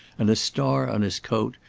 and a star on his coat,